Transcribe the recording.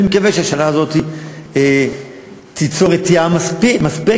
אני מקווה שהשנה הזאת תיצור רתיעה מספקת,